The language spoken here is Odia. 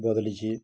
ବଦଳିଛି